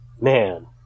man